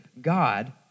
God